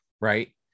right